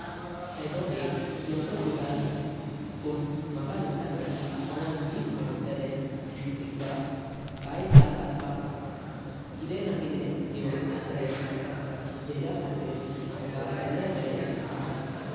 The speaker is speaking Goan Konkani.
हेजो एक सिंपल उत्तर ना। पण मका दिसत ना कि कोंक जीव मेव्तले कि तिन्क काई त्रास असपाक ना। किदे ना किदे जीवन अस्तले जेया खातीर आमक सग्ले बरे दिसपाक ना।